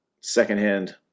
secondhand